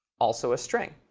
also a string.